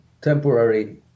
temporary